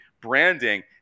branding